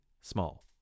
small